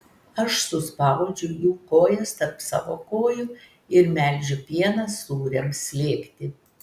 aš suspaudžiu jų kojas tarp savo kojų ir melžiu pieną sūriams slėgti